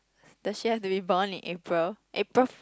the chef do you born in April April Fool